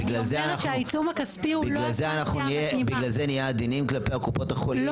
שבגלל זה נהיה עדינים כלפי קופות החולים?